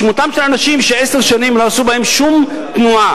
שמותיהם של אנשים שעשר שנים לא עשו בחשבונותיהם שום תנועה.